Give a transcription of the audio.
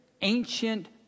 ancient